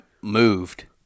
moved